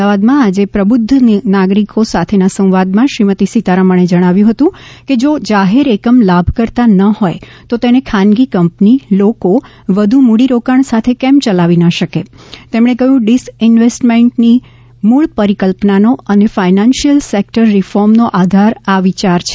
અમદાવાદમાં આજે પ્રબુદ્ધ નાગરિકો સાથેના સંવાદમાં શ્રીમતી સીતારમણે જણાવ્યું હતું કે જો જાહેર એકમ લાભકર્તા ન હોય તો તેને ખાનગી કંપની લોકો વધુ મૂડીરોકાણ સાથે કેમ ચલાવી ન શકે તેમણે કહ્યું ડિસઈન્વેસ્ટમેન્ટની મૂળ પરિકલ્પનાનો અને ફાયાનાન્સિયલ સેક્ટર રિફોર્મનો આધાર આ વિચાર છે